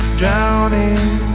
drowning